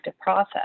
process